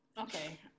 okay